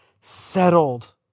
settled